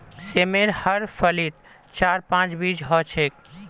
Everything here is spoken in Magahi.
सेमेर हर फलीत चार पांच बीज ह छेक